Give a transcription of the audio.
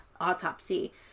autopsy